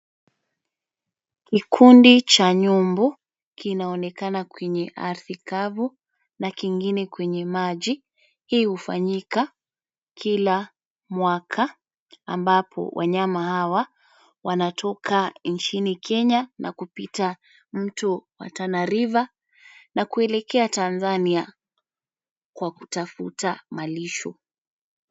Kikundi cha nyumbu kinaonekana kwenye ardhi kavu na kingine kwenye maji. Hii hufanyika kila mwaka, ambapo wanyama hawa wanatoka nchini Kenya na kupita mto wa Tana River na kuelekea Tanzania, kwa kutafuta malisho.